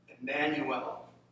Emmanuel